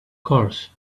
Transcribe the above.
course